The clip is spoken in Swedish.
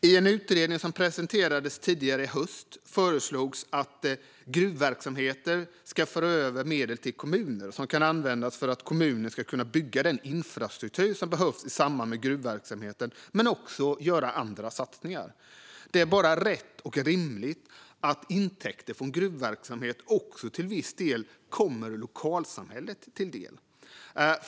I en utredning som presenterades i höstas föreslogs att gruvverksamheter ska föra över medel till kommuner så att de kan använda dessa för att bygga den infrastruktur som behövs i samband med gruvverksamheten och till andra satsningar. Det är bara rätt och rimligt att intäkter från gruvverksamhet delvis kommer lokalsamhället till del.